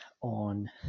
on